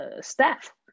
staff